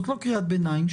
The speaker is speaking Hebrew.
זאת לא קריאת ביניים.